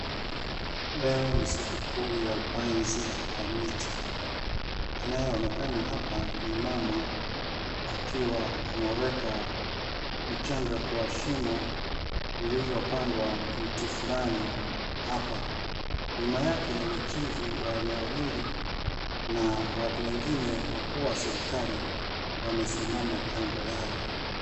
Leo ni siku kuu ya upanzi wa miti. Anayeonekana hapa ni mama akiwa anaweka mchanga kwa shimo zilizopandwa mti fulani hapa. Nyuma yake ni chifu wa eneo hili na watu wengine wakuu wa serikali wamesimama kando yao.